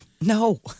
No